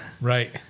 right